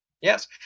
yes